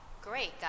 Great